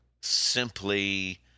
Simply